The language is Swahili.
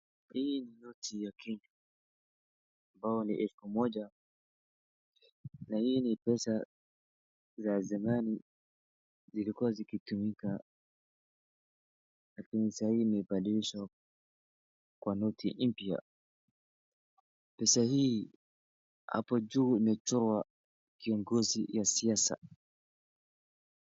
Hii ni noti ya Kenya ambayo ni elfu moja, na hii ni pesa za zamani, zilikuwa zikitumika lakini saa hii imebadilishwa kwa noti mpya. Pesa hii hapo juu imechorwa kiongozi ya siasa.